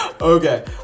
Okay